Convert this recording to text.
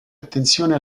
attenzione